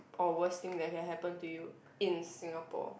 or worst thing that can happen to you in Singapore